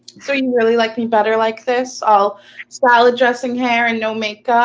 so you really like me better like this? all salad dressing hair and no make